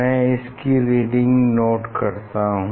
मैं इसकी reading note करता हूँ